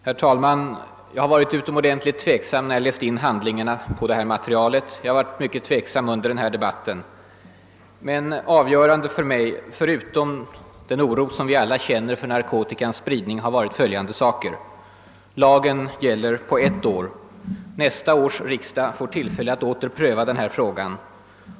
Herr talman! Jag har varit utomordentligt tveksam när jag läst handlingarna i det här ärendet, och jag har varit mycket tveksam under den här debatten. Men avgörande för mig har —förutom den oro vi alla känner för narkotikans spridning — varit följande. Lagen gäller på ett år. Nästa års riksdag får tillfälle att åter pröva denna fråga.